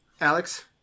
Alex